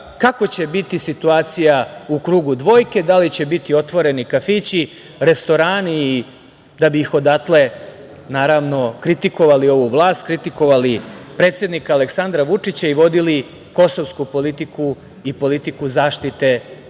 kako će biti situacija u „krugu dvojke“ da li će biti otvoreni kafići, restorani i da bi ih odatle, naravno, kritikovali ovu vlast, kritikovali predsednika Aleksandra Vučića i vodili kosovsku politiku i politiku zaštite srpskih